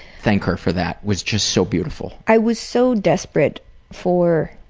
thank her for that, was just so beautiful. i was so desperate for